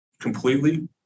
completely